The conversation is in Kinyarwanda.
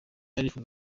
arifuza